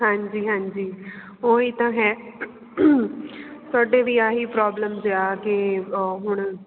ਹਾਂਜੀ ਹਾਂਜੀ ਉਹੀ ਤਾਂ ਹੈ ਤੁਹਾਡੇ ਵੀ ਆਹੀ ਪ੍ਰੋਬਲਮਸ ਆ ਕੇ ਉਹ ਹੁਣ